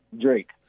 Drake